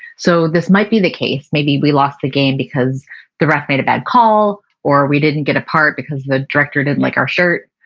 so this might be the case. maybe we lost a game because the ref made a bad call or we didn't get a part because the director didn't like our shirt,